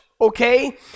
okay